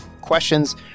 questions